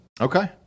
Okay